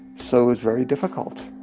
so, it was very difficult.